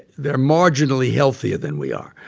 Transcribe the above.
they're marginally healthier than we are.